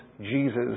Jesus